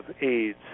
AIDS